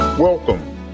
Welcome